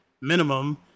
minimum